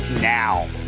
now